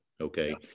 Okay